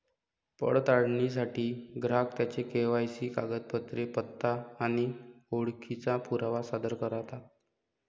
पडताळणीसाठी ग्राहक त्यांची के.वाय.सी कागदपत्रे, पत्ता आणि ओळखीचा पुरावा सादर करतात